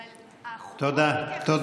אבל החובות מתייחסים, תודה.